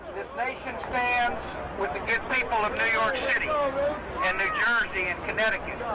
nation stands with the good people of new york and the jersey and connecticut